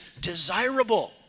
desirable